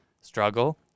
struggle